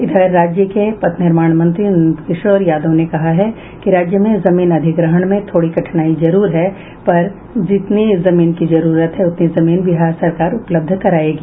इधर राज्य के पथ निर्माण मंत्री नंदकिशोर यादव ने कहा है कि राज्य में जमीन अधिग्रहण में थोड़ी कठिनाई जरूर है पर जितनी जमीन की जरूरत है उतनी जमीन बिहार सरकार उपलब्ध करायेगी